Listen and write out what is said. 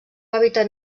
hàbitat